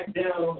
down